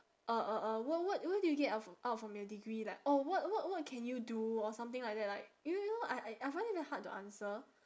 uh uh uh what what what did you get out from out from your degree like or what what what can you do or something like that like you know I I find it very hard to answer